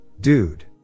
dude